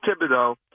Thibodeau